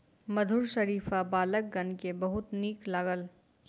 मधुर शरीफा बालकगण के बहुत नीक लागल